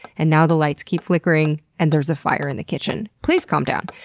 and now the lights keep flickering and there's a fire in the kitchen. please calm down.